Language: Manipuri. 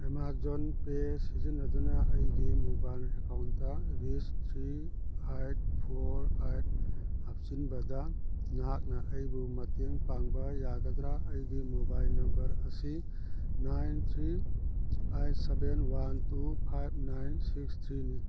ꯑꯦꯃꯥꯖꯣꯟ ꯄꯦ ꯁꯤꯖꯤꯟꯅꯗꯨꯅ ꯑꯩꯒꯤ ꯃꯣꯕꯥꯏꯜ ꯑꯦꯀꯥꯎꯟꯗ ꯔꯤꯁ ꯊ꯭ꯔꯤ ꯑꯩꯠ ꯐꯣꯔ ꯑꯩꯠ ꯍꯥꯞꯆꯤꯟꯕꯗ ꯅꯍꯥꯛꯅ ꯑꯩꯕꯨ ꯃꯇꯦꯡ ꯄꯥꯡꯕ ꯌꯥꯒꯗ꯭ꯔ ꯑꯩꯒꯤ ꯃꯣꯕꯥꯏꯜ ꯅꯝꯕꯔ ꯑꯁꯤ nine three eight seven one two five nine six ꯊ꯭ꯔꯤꯅꯤ